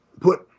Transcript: put